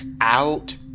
out